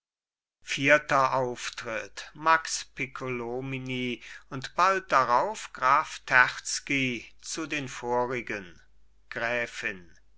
vierter auftritt max piccolomini und bald darauf graf terzky zu den vorigen gräfin